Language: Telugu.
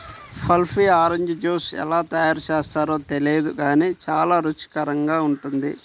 పల్పీ ఆరెంజ్ జ్యూస్ ఎలా తయారు చేస్తారో తెలియదు గానీ చాలా రుచికరంగా ఉంటుంది